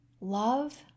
love